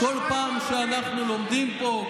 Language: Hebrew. בכל פעם שאנחנו לומדים פה,